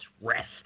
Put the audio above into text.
rest